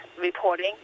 reporting